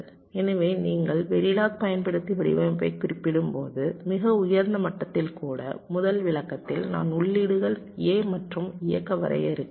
எனவே நீங்கள் வெரிலாக் பயன்படுத்தி வடிவமைப்பைக் குறிப்பிடும்போது மிக உயர்ந்த மட்டத்தில் கூட முதல் விளக்கத்தில் நான் உள்ளீடுகள் a மற்றும் இயக்க வரையறுக்கிறேன்